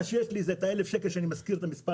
מה שיש לי זה 1,000 שקל שאני משכיר ממנו את המספר,